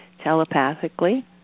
telepathically